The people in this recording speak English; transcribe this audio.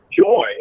joy